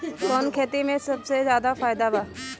कवने खेती में सबसे ज्यादा फायदा बा?